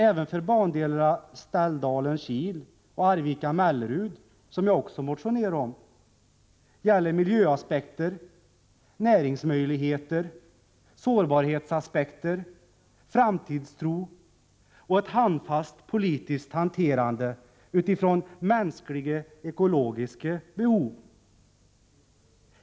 Även för bandelarna Ställdalen-Kil och Arvika-Mellerud, som jag också har motionerat om, gäller naturligtvis miljöaspekter, näringsmöjligheter, sårbarhetsaspekter, framtidstro och ett handfast politiskt hanterande utifrån mänskliga och ekologiska behov.